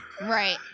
Right